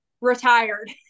retired